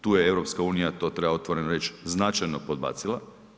Tu je EU to treba otvoreno reći, značajno podbacila.